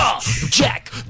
Jack